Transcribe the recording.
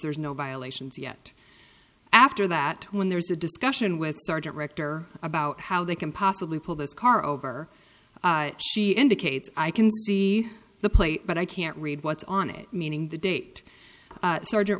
there's no violations yet after that when there's a discussion with sergeant rector about how they can possibly pull this car over she indicates i can see the plate but i can't read what's on it meaning the date sergeant